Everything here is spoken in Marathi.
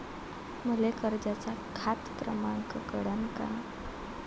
मले कर्जाचा खात क्रमांक कळन का?